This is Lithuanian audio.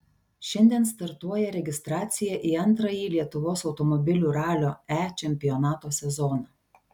šiandien startuoja registracija į antrąjį lietuvos automobilių ralio e čempionato sezoną